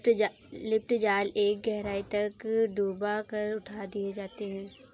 lift जाल एक गहराई तक डूबा कर उठा दिए जाते हैं